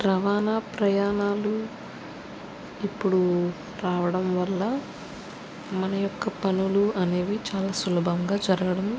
రవాణా ప్రయాణాలు ఇప్పుడు రావడం వల్ల మన యొక్క పనులు అనేవి చాలా సులభంగా జరగడం